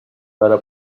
para